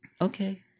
okay